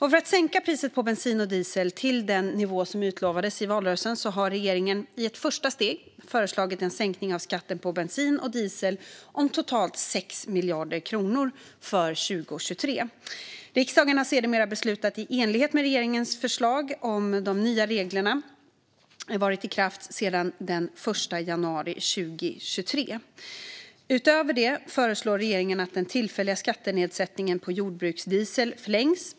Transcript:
För att sänka priset på bensin och diesel till den nivå som utlovades i valrörelsen har regeringen, i ett första steg, föreslagit en sänkning av skatten på bensin och diesel om totalt 6 miljarder kronor för 2023. Riksdagen har sedermera beslutat i enlighet med regeringens förslag, och de nya reglerna har varit i kraft sedan den 1 januari 2023. Utöver det föreslår regeringen att den tillfälliga skattenedsättningen på jordbruksdiesel förlängs.